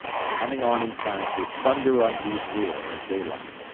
and coming on in time to thunder on lee's rear at daylight,